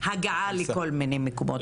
וההגעה לכל מיני מקומות.